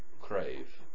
crave